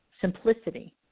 simplicity